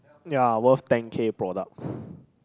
ya worth ten K products